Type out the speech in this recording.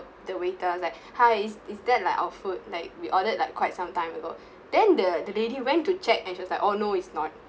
the waiter like hi is that like our food like we ordered like quite some time ago then the the lady went to check and she was like oh no it's not